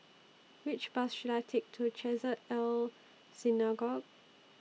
Which Bus should I Take to Chesed El Synagogue